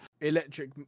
Electric